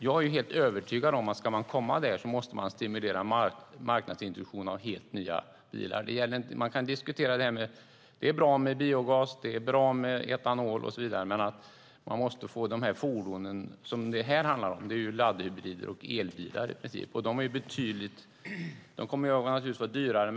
Jag är helt övertygad om att om man ska komma dit måste man stimulera marknadsintroduktion av helt nya bilar. Det är bra med biogas, det är bra med etanol och så vidare. Men man måste få med andra fordon, och här handlar det i princip om laddhybrider och elbilar. De kommer naturligtvis att vara dyrare.